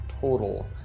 total